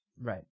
Right